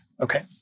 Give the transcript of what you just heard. Okay